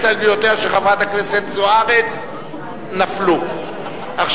ההסתייגות של חברת הכנסת אורית זוארץ לסעיף 36,